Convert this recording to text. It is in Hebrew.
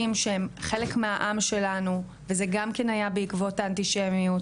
שהם חלק מהעם שלנו וזה גם כן היה בעקבות האנטישמיות